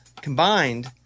combined